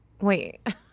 Wait